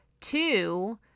Two